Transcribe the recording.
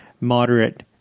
moderate